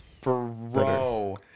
Bro